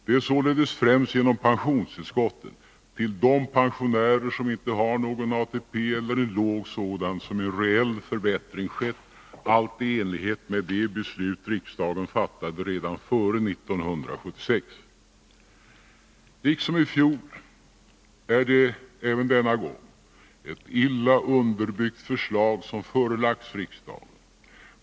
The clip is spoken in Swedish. Det är således främst genom pensionstillskotten till de pensionärer som inte har någon ATP eller som har en låg sådan, som en reell förbättring skett, allt i enlighet med de beslut riksdagen fattade redan före 1976. Liksom i fjol är det även denna gång ett illa underbyggt förslag som förelagts riksdagen.